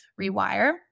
rewire